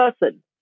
person